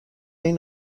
این